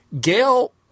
Gail